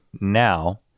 now